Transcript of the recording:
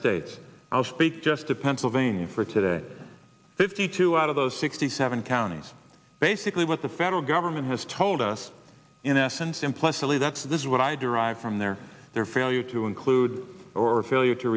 states i'll speak just to pennsylvania for today fifty two out of those sixty seven counties basically what the federal government has told us in essence implicitly that's this is what i derive from their their failure to include or failure to